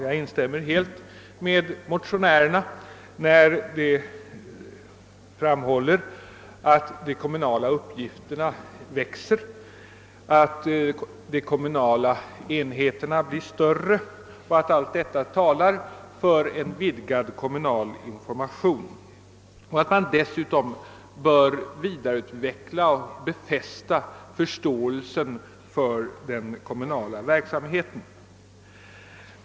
Jag instämmer helt med motionärerna när de framhåller att de kommunala uppgifterna växer och att de kommunala enheterna blir större samt att allt detta talar för en vidgad kommunal information och för att man bör vidareutveckla och befästa förståelsen för den kommunala verksamheten.